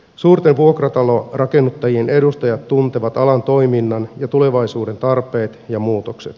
suurten vuokratalorakennuttajien edustajat tuntevat alan toiminnan ja tulevaisuuden tarpeet ja muutokset